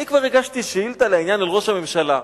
אני כבר הגשתי שאילתא בעניין אל ראש הממשלה,